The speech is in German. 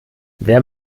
wer